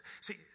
See